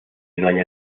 doña